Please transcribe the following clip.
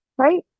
Right